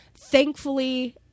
Thankfully